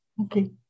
Okay